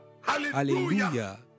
hallelujah